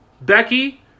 Becky